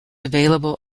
available